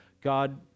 God